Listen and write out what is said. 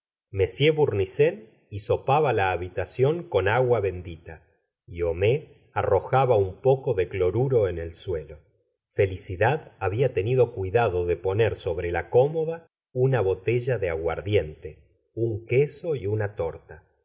que despertaban m bournisien hisopaba la habitación con agua bendita y homais arrojaba un poco de cloruro en el suelo felicidad había tenido cuidado de poner sobre la cómoda una botella de aguardiente un queso y una torta el